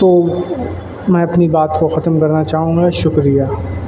تو میں اپنی بات کو ختم کرنا چاہوں گا شکریہ